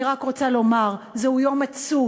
אני רק רוצה לומר: זהו יום עצוב,